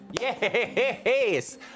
Yes